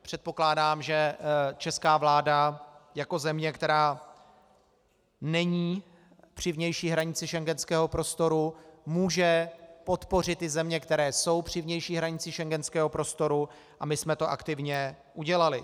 Předpokládám, že Česká republika jako země, která není při vnější hranici schengenského prostoru, může podpořit ty země, které jsou při vnější hranici schengenského prostoru, a my jsme to aktivně udělali.